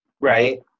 right